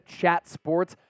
CHATSPORTS